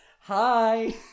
hi